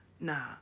Nah